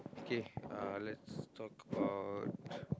okay uh let's talk about